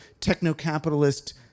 techno-capitalist